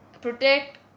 protect